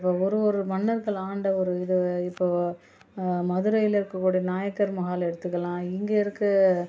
இப்போ ஒரு ஒரு மன்னர்கள் ஆண்ட ஒரு இதை இப்போது மதுரையில் இருக்கக்கூடிய நாயக்கர் மஹால் எடுத்துக்கலாம் இங்கே இருக்கற